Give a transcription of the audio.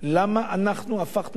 למה אנחנו הפכנו,